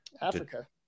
Africa